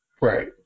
Right